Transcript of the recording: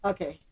Okay